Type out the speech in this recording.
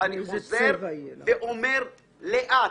אני חוזר ואומר לאט.